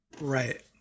right